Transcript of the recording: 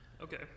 Okay